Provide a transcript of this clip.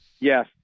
Yes